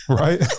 right